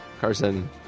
Carson